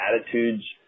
attitudes